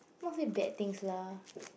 not say bad things lah